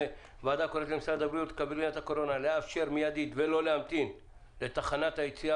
למשרד הבריאות לאפשר מיידית ולאלתר ולא להמתין לתחנת יציאה